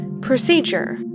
Procedure